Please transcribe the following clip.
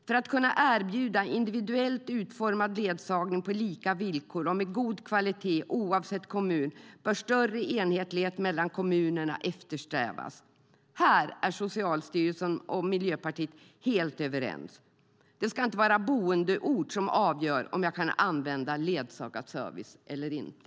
För att kunna erbjuda individuellt utformad ledsagning på lika villkor och med god kvalitet oavsett kommun bör större enhetlighet mellan kommunerna eftersträvas. Här är Socialstyrelsen och Miljöpartiet helt överens. Det ska inte vara boendeort som avgör om jag kan använda ledsagarservice eller inte.